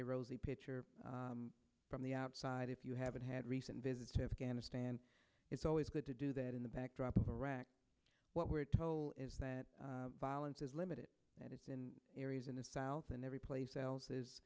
a rosy picture from the outside if you haven't had recent visit to afghanistan it's always good to do that in the backdrop of iraq what we're told is that violence is limited and it's been areas in the south and every place else is